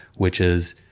which is